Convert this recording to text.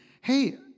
hey